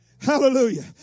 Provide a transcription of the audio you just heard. Hallelujah